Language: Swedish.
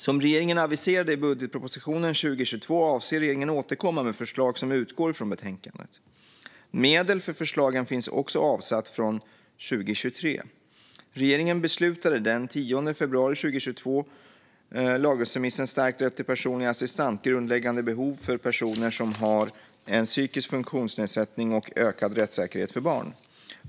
Som regeringen aviserade i budgetpropositionen 2022 avser regeringen att återkomma med förslag som utgår från betänkandet. Medel för förslagen finns också avsatta från 2023. Regeringen beslutade den 10 februari 2022 om lagrådsremissen Stärkt rätt till personlig assistans - grundläggande behov för personer som har en psykisk funktionsnedsättning och ökad rättssäkerhet för barn .